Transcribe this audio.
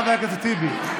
חבר הכנסת טיבי?